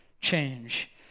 Change